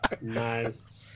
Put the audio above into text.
Nice